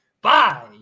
Bye